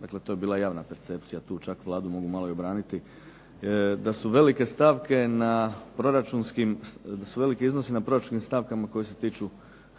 Dakle, to je bila javna percepcija. Tu čak Vladu mogu malo i obraniti, da su velike stavke na proračunskim, da su veliki iznosi na proračunskim stavkama koje se tiču